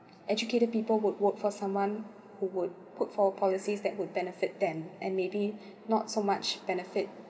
educated people who vote for someone who would put for policies that would benefit them and maybe not so much benefit